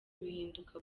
bihinduka